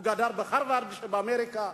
הוא גדל בהרווארד באמריקה,